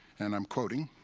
and i'm quoting,